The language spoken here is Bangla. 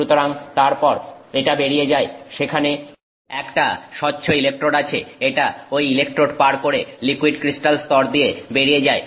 সুতরাং তারপর এটা বেরিয়ে যায় সেখানে একটা স্বচ্ছ ইলেকট্রোড আছে এটা ঐ ইলেকট্রোড পার করে লিকুইড ক্রিস্টাল স্তর দিয়ে বেরিয়ে যায়